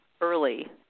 early